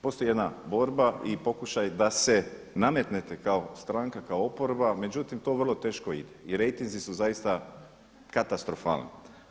Postoji jedna borba i pokušaj da se nametnete kao stranka, kao oporba, međutim to vrlo teško ide i rejtinzi su zaista katastrofalni.